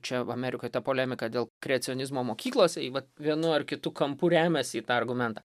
čia amerikoj ta polemika dėl kreacionizmo mokyklose ji vat vienu ar kitu kampu remias į tą argumentą